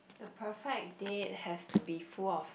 the perfect date has to be full of